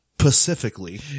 Pacifically